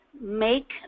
make